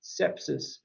sepsis